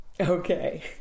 Okay